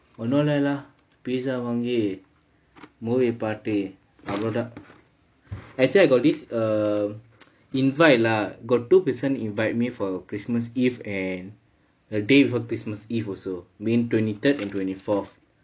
ஒண்ணுலே:onnulae lah pizza வாங்கு:vaangu movie பார்த்து அவ்வளவு தான்:paarthu avvalavu thaan actually I got this uh invite lah got two person invite me for christmas eve and the day before christmas eve also mean twenty third and twenty fourth